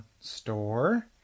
store